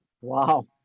Wow